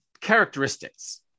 characteristics